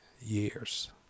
years